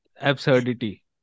absurdity